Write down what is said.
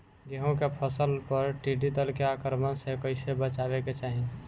गेहुँ के फसल पर टिड्डी दल के आक्रमण से कईसे बचावे के चाही?